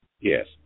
Yes